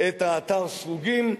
את האתר "סרוגים".